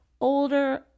older